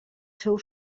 seu